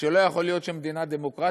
שלא יכול להיות שמדינה דמוקרטית,